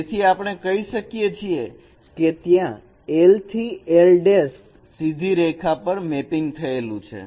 તેથી આપણે કહી શકીએ છીએ કે ત્યાં l થી l સીધી રેખા પર મેપિંગ થયેલું છે